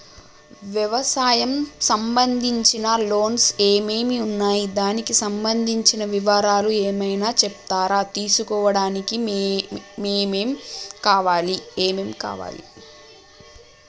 వ్యవసాయం సంబంధించిన లోన్స్ ఏమేమి ఉన్నాయి దానికి సంబంధించిన వివరాలు ఏమైనా చెప్తారా తీసుకోవడానికి ఏమేం కావాలి?